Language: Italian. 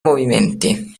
movimenti